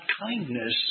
kindness